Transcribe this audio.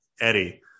Eddie